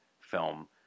film